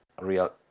real